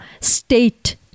state